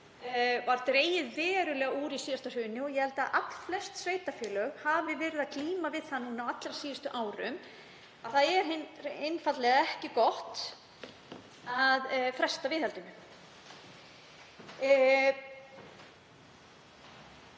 var dregið verulega úr í síðasta hruni. Ég held að allflest sveitarfélög hafi glímt við það á allra síðustu árum að það er einfaldlega ekki gott að fresta viðhaldinu.